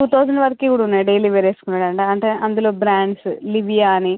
two thousand వరికీ కూడా ఉన్నాయి డైలీ వేర్ వేసుకోవడానికి అంటే అందులో బ్రాండ్స్ లిబియా అని